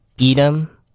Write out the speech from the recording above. Edom